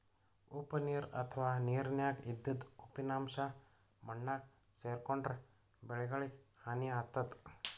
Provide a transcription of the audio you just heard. ಉಪ್ಪ್ ನೀರ್ ಅಥವಾ ನೀರಿನ್ಯಾಗ ಇದ್ದಿದ್ ಉಪ್ಪಿನ್ ಅಂಶಾ ಮಣ್ಣಾಗ್ ಸೇರ್ಕೊಂಡ್ರ್ ಬೆಳಿಗಳಿಗ್ ಹಾನಿ ಆತದ್